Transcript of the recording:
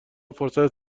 فرصت